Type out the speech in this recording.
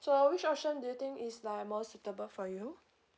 so which option do you think is like more suitable for you